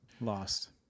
lost